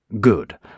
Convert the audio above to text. Good